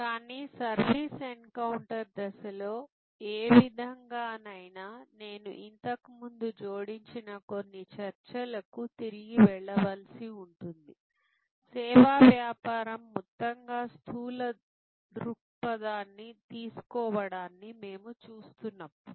కానీ service encounter దశలో ఏ విధంగానైనా నేను ఇంతకుముందు జోడించిన కొన్ని చర్చలకు తిరిగి వెళ్ళవలసి ఉంటుంది సేవా వ్యాపారం మొత్తంగా స్థూల దృక్పథాన్ని తీసుకోవడాన్ని మేము చూస్తున్నప్పుడు